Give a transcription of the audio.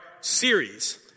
series